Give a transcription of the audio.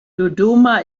dodoma